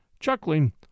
chuckling